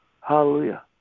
hallelujah